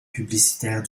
publicitaire